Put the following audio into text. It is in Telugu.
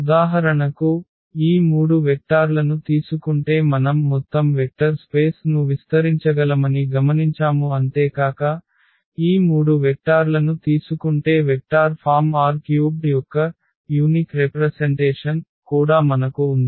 ఉదాహరణకు ఈ 3 వెక్టార్లను తీసుకుంటే మనం మొత్తం వెక్టర్ స్పేస్ ను విస్తరించగలమని గమనించాము అంతేకాక ఈ 3 వెక్టార్లను తీసుకుంటే వెక్టార్ ఫామ్ R³ యొక్క ప్రత్యేక ప్రాతినిధ్యం కూడా మనకు ఉంది